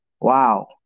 wow